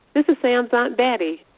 this is sam's aunt betty.